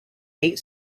eight